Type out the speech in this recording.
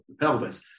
pelvis